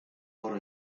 oro